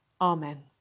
Amen